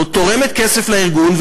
תורמת כסף לארגון,